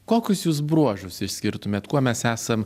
kokius jūs bruožus išskirtumėt kuo mes esam